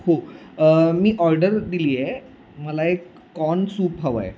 हो मी ऑर्डर दिली आहे मला एक कॉर्न सुप हवं आहे